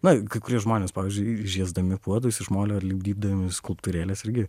na kai kurie žmonės pavyzdžiui žiesdami puodus iš molio ar lipdydami skulptūrėles irgi